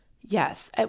Yes